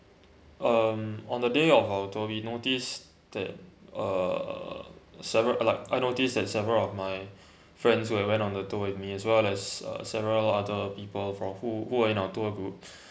um on the day of our tour we notice that uh several uh like I noticed that several of my friends who went on the tour with me as well as uh several other people from who on our tour group